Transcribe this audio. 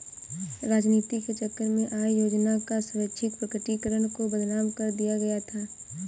राजनीति के चक्कर में आय योजना का स्वैच्छिक प्रकटीकरण को बदनाम कर दिया गया था